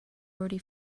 already